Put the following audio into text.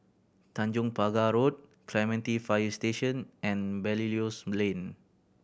Tanjong Pagar Road Clementi Fire Station and Belilios Lane